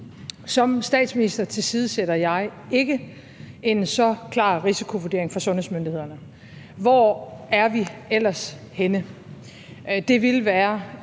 Som statsminister tilsidesætter jeg ikke en så klar risikovurdering fra sundhedsmyndighedernes side. Hvor er vi ellers henne?